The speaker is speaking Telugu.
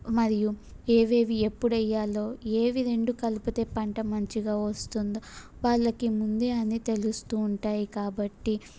మరియు ఏవేవి ఎప్పుడు వేయాలో ఏవి రెండు కలిపితే పంట మంచిగా వస్తుందో వాళ్ళకి ముందే అన్నీ తెలుస్తు ఉంటాయి కాబట్టి